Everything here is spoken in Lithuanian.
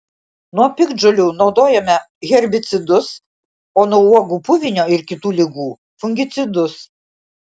nuo piktžolių naudojome herbicidus o nuo uogų puvinio ir kitų ligų fungicidus